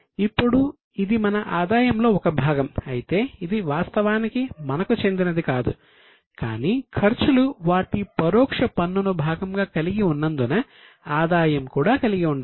ఇప్పుడు ఇది మన ఆదాయంలో ఒక భాగం అయితే ఇది వాస్తవానికి మనకు చెందినది కాదు కానీ ఖర్చులు వాటి పరోక్ష పన్నును భాగంగా కలిగి ఉన్నందున ఆదాయం కూడా కలిగి ఉండాలి